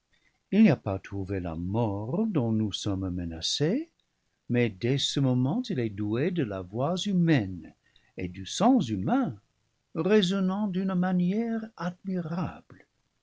il n'y a pas trouvé la mort dont nous sommes menacés mais dès ce moment il est doué de la voix humaine et du sens humain raisonnant d'une manière admirable